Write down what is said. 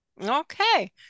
Okay